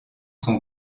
son